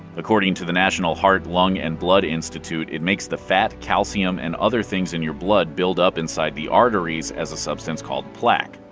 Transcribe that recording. according to the national heart, lung and blood institute, it makes the fat, calcium, and other things in your blood build up inside the arteries as a substance called plaque.